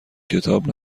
کتاب